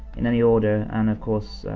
in any order, and of course,